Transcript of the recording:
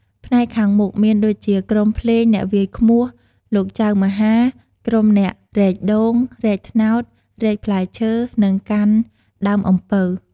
ផ្នែកខាងមុខ មានដូចជាក្រុមភ្លេង អ្នកវាយឃ្មោះ លោកចៅមហា ក្រុមអ្នករែកដូង រែកត្នោត រែកផ្លែឈើ និងកាន់ដើមអំពៅ។